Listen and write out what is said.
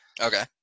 Okay